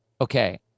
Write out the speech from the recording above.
Okay